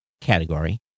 category